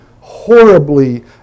horribly